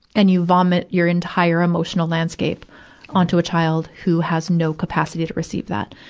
and you vomit your entire emotional landscape onto a child who has no capacity to receive that.